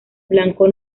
blanco